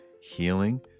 healing